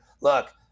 look